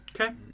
Okay